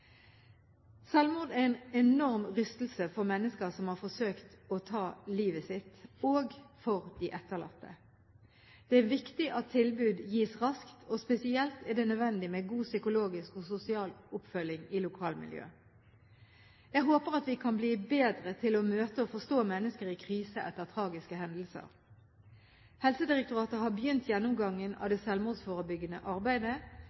er en enorm rystelse for mennesker som har forsøkt å ta livet sitt, og for de etterlatte. Det er viktig at tilbud gis raskt, og spesielt er det nødvendig med god psykologisk og sosial oppfølging i lokalmiljøet. Jeg håper at vi kan bli bedre til å møte og forstå mennesker i krise etter tragiske hendelser. Helsedirektoratet har begynt gjennomgangen av det selvmordsforebyggende arbeidet.